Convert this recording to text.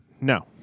No